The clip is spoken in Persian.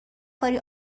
کاری